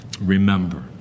remember